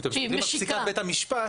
שהיא משיקה.